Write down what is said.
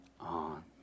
on